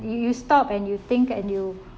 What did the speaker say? you you stop and you think and you